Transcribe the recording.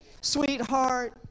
Sweetheart